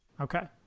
okay